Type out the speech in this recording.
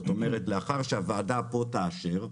זאת אומרת, לאחר שהוועדה כאן תאשר,